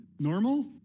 normal